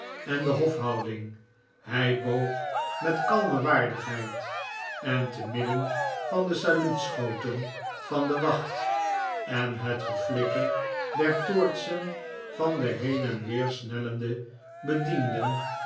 en de hofhouding hij boog met kalme waardigheid en te midden van de saluutschoten van de wacht en het geflikker der toortsen van de heen en weer snellende bedienden